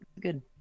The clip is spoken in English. good